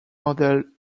model